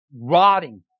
rotting